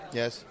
yes